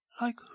Like